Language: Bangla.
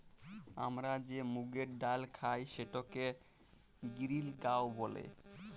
আমরা যে মুগের ডাইল খাই সেটাকে গিরিল গাঁও ব্যলে